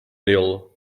ill